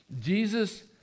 Jesus